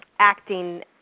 acting